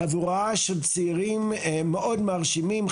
חבורה של צעירים מאוד מרשימים,